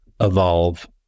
evolve